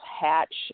hatch